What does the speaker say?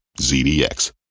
ZDX